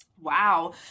wow